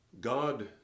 God